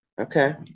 Okay